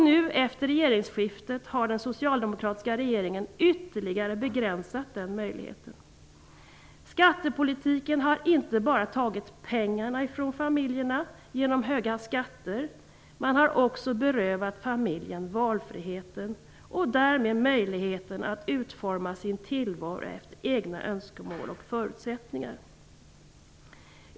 Nu efter regeringsskiftet har den socialdemokratiska regeringen ytterligare begränsat den möjligheten. Skattepolitiken har inte bara tagit pengarna från familjerna genom höga skatter. Den har också berövat familjen valfriheten och därmed möjligheten att utforma sin tillvaro efter egna önskemål och förutsättningar.